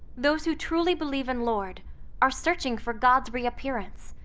those who truly believe in lord are searching for god's reappearance,